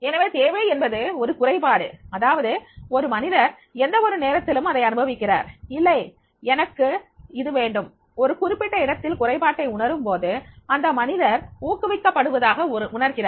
எனவே தேவை என்பது ஒரு குறைபாடு அதாவது ஒரு மனிதர் எந்த ஒரு நேரத்திலும் அதை அனுபவிக்கிறார் இல்லை எனக்கு இது வேண்டும் ஒரு குறிப்பிட்ட இடத்தில் குறைபாட்டை உணரும்போது அந்த மனிதர் ஊக்குவிக்க படுவதாக உணர்கிறார்